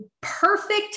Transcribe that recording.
perfect